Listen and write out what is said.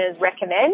recommend